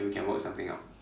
then we can work something out